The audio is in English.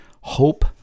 hope